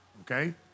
okay